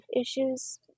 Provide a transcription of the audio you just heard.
issues